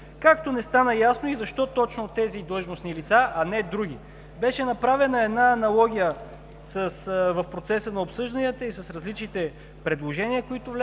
както не стана ясно и защо точно тези длъжностни лица, а не други. Беше направена една аналогия в процеса на обсъжданията и с различните предложения, които влязоха